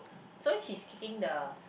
so he is kicking the